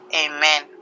Amen